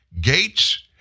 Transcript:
Gates